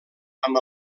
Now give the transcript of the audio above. amb